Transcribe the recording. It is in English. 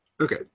Okay